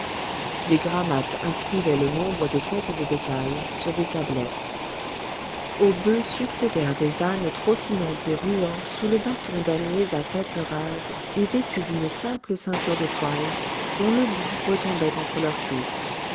des grammates inscrivaient le nombre des têtes de bétail sur des tablettes aux bœufs succédèrent des ânes trottinant et ruant sous le bâton d'âniers à tête rase et vêtus d'une simple ceinture de toile dont le bout retombait entre leurs cuisses